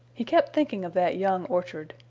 he kept thinking of that young orchard.